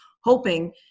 hoping